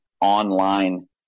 online